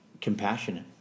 compassionate